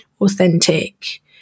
authentic